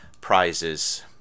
prizes